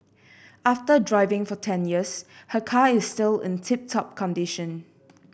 after driving for ten years her car is still in tip top condition